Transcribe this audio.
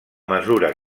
mesura